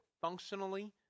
functionally